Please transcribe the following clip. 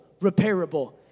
repairable